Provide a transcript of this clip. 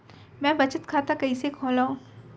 मै बचत खाता कईसे खोलव?